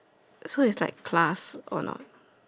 so is like class or not